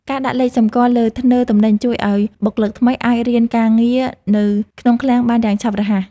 ការដាក់លេខសម្គាល់លើធ្នើទំនិញជួយឱ្យបុគ្គលិកថ្មីអាចរៀនការងារនៅក្នុងឃ្លាំងបានយ៉ាងឆាប់រហ័ស។